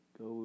go